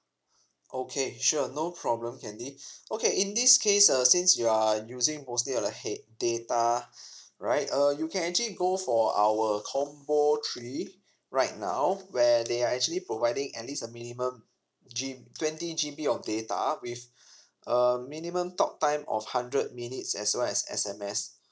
okay sure no problem candy okay in this case uh since you are using mostly on the hea~ data right uh you can actually go for our combo three right now where they are actually providing at least a minimum gym twenty G B of data with a minimum talk time of hundred minutes as well as S_M_S